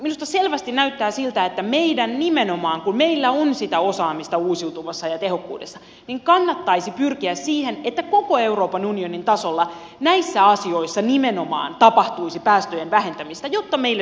minusta selvästi näyttää siltä että meidän nimenomaan kun meillä on sitä osaamista uusiutuvassa ja tehokkuudessa kannattaisi pyrkiä siihen että koko euroopan unionin tasolla näissä asioissa nimenomaan tapahtuisi päästöjen vähentämistä jotta meille syntyisi työpaikkoja